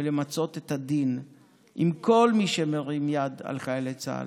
יש למצות את הדין עם כל מי שמרים יד על חיילי צה"ל,